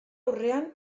aurrean